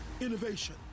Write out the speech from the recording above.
innovation